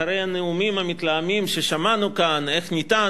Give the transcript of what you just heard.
אחרי הנאומים המתלהמים ששמענו כאן איך אפשר